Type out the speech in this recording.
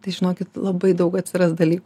tai žinokit labai daug atsiras dalykų